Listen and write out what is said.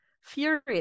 furious